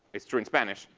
it's true in spanish,